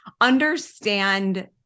understand